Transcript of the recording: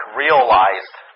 realized